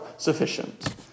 sufficient